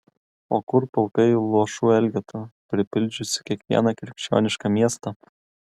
o kur pulkai luošų elgetų pripildžiusių kiekvieną krikščionišką miestą